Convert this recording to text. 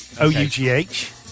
O-U-G-H